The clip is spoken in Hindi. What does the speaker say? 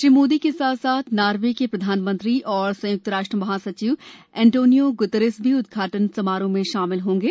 श्री मोदी के साथ साथ नार्वे के प्रधानमंत्री और संयुक्त राष्ट्र महासचिव अंटोनियो गुतरेस भी उद्घाटन समारोह में शामिल रहेंगे